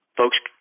folks